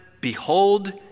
behold